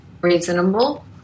reasonable